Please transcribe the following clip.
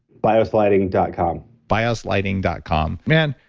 bioslighting dot com bioslighting dot com. man,